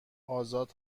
آزاد